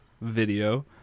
video